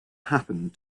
happened